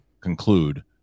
conclude